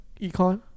econ